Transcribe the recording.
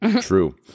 True